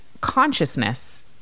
consciousness